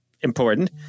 important